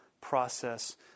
process